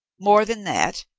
more than that,